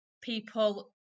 people